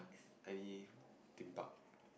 any Theme Park